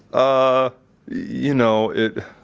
ah you know, it,